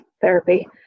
therapy